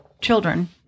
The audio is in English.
children